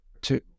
two